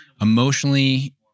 emotionally